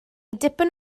dipyn